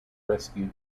rescue